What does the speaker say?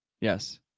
Yes